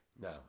No